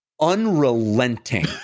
unrelenting